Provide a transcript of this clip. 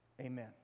Amen